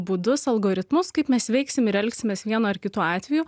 būdus algoritmus kaip mes veiksim ir elgsimės vienu ar kitu atveju